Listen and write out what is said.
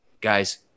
guys